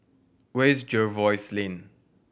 where is Jervois Lane